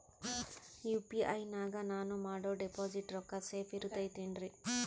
UPI ನಾಗ ನಾನು ಮಾಡೋ ಡಿಪಾಸಿಟ್ ರೊಕ್ಕ ಸೇಫ್ ಇರುತೈತೇನ್ರಿ?